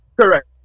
Correct